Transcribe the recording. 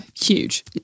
Huge